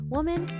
Woman